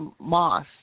moss